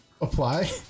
apply